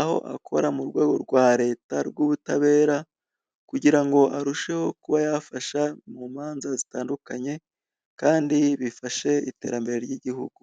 aho akora mu rwego rwa Leta rw'ubutabera kugira ngo arusheho kuba yafasha mu manza zitandukanye kandi bifashe iterambere ry'Igihugu.